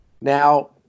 Now